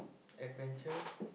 adventure